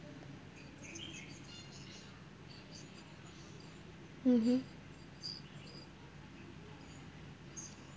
mmhmm